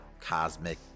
cosmic